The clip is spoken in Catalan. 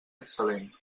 excel·lent